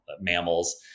mammals